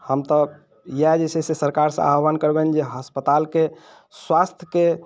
हम तऽ इएह जे छै से सरकारसँ आवाहन करबनि जे अस्पतालके स्वास्थके